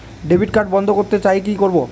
Debit card বন্ধ করতে চাই কি করব?